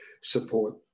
support